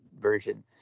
version